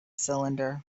cylinder